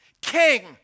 King